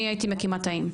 אני הייתי מקימה תאים.